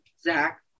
Zach